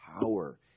power